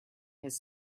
his